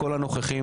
כל הנוכחים,